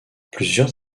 plusieurs